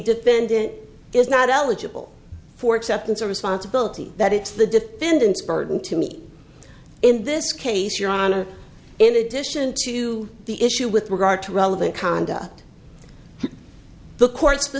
defendant is not eligible for acceptance or responsibility that it's the defendant's burden to me in this case your honor in addition to the issue with regard to relevant conduct the court